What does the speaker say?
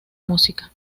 música